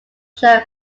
show